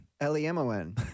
L-E-M-O-N